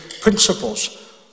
principles